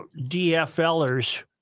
DFLers